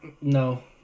No